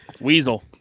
Weasel